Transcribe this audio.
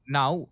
now